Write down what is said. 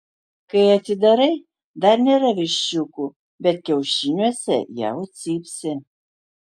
kai atidarai dar nėra viščiukų bet kiaušiniuose jau cypsi